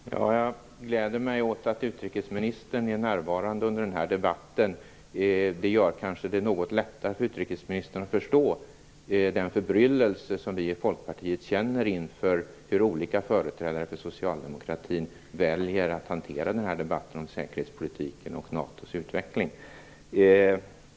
Herr talman! Jag gläder mig åt att utrikesministern är närvarande under den här debatten. Det gör det kanske något lättare för utrikesministern att förstå den förbryllelse som vi i Folkpartiet känner inför hur olika företrädare för socialdemokratin väljer att hantera debatten om säkerhetspolitiken och NATO:s utveckling.